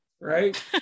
right